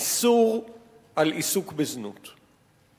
איסור על עיסוק בזנות.